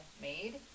made